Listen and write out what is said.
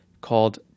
called